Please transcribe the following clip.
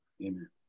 Amen